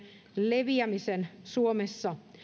leviämisen suomessa